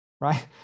Right